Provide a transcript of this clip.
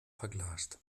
verglast